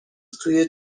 توی